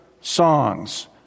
songs